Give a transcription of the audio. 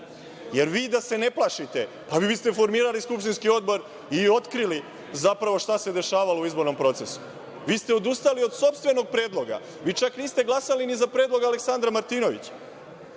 jer vi da se ne plašite vi biste formirali skupštinski odbor i otkrili zapravo šta se dešavalo u izbornom procesu. Vi ste odustali od sopstvenog predloga. Vi čak niste glasali ni za predlog Aleksandra Martinovića.O